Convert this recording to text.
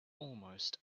almost